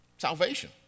salvation